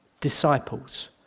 disciples